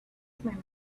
through